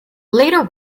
later